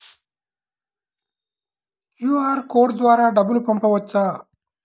QR code ద్వారా డబ్బులు పంపవచ్చా?